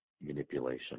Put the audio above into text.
manipulation